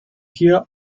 hier